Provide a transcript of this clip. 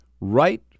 Right